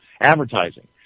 advertising